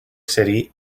city